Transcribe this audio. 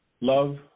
love